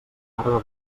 barba